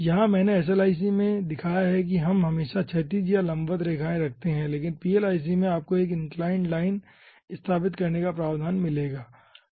यहाँ मैंने SLIC में दिखाया है कि हम हमेशा क्षैतिज या लंबवत रेखाएँ रखते हैं लेकिन PLIC में आपको 1 इंक्लाइंड लाइन स्थापित करने का प्रावधान मिलेगा